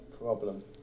problem